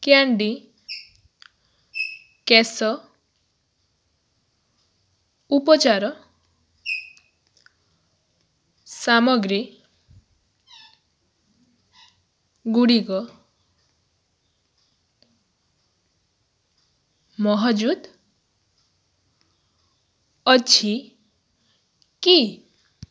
candy କେଶ ଉପଚାର ସାମଗ୍ରୀଗୁଡ଼ିକ ମହଜୁଦ ଅଛି କି